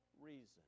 reason